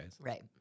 Right